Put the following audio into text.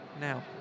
now